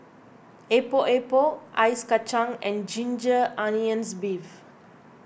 Epok Epok Ice Kacang and Ginger Onions Beef